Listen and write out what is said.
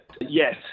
yes